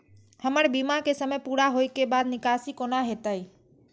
हमर बीमा के समय पुरा होय के बाद निकासी कोना हेतै?